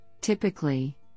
typically